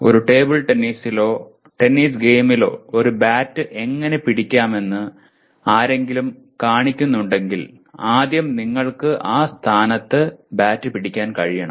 ഒരു ടേബിൾ ടെന്നീസിലോ ടെന്നീസ് ഗെയിമിലോ ഒരു ബാറ്റ് എങ്ങനെ പിടിക്കാമെന്ന് ആരെങ്കിലും കാണിക്കുന്നുണ്ടെങ്കിൽ ആദ്യം നിങ്ങൾക്ക് ആ സ്ഥാനത്ത് ബാറ്റ് പിടിക്കാൻ കഴിയണം